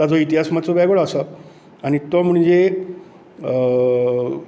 ताचो इतिहास मात्सो वेगळो आसा आनी तो म्हणजे